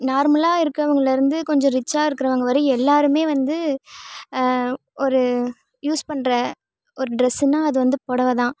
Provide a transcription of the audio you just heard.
நார்மலாக இருக்குறவங்களில் இருந்து கொஞ்சம் ரிச்சாக இருக்கிறவங்க வரையும் எல்லோருமே வந்து ஒரு யூஸ் பண்ணுற ஒரு ட்ரெஸ்ஸுனால் அது வந்து பொடவை தான்